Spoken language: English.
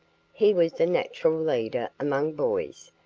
he was a natural leader among boys,